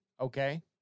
Okay